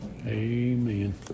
Amen